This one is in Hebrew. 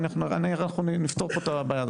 אנחנו נפתור פה את הבעיה הזאת,